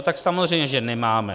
Tak samozřejmě že nemáme.